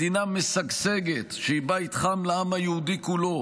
מדינה משגשגת, שהיא בית חם לעם היהודי כולו,